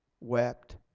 wept